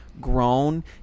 grown